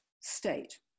state